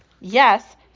Yes